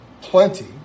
plenty